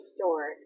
store